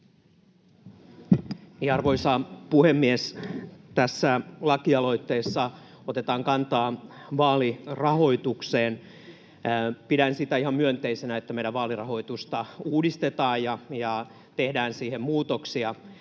Arvoisa puhemies! Tässä lakialoitteessa otetaan kantaa vaalirahoitukseen. Pidän ihan myönteisenä sitä, että meidän vaalirahoitusta uudistetaan ja siihen tehdään muutoksia.